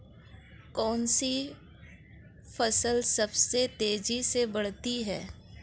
कौनसी फसल सबसे तेज़ी से बढ़ती है?